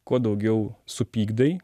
kuo daugiau supykdai